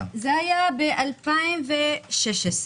ב-2016.